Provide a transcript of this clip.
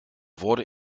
wurde